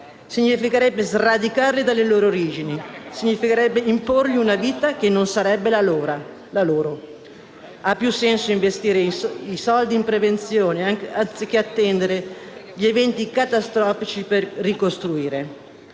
Significherebbe sradicarli dalle loro origini, imporgli una vita che non sarebbe la loro. Ha più senso investire i soldi in prevenzione, anziché attendere gli eventi catastrofici per ricostruire.